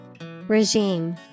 Regime